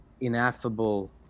ineffable